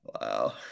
Wow